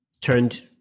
Turned